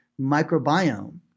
microbiome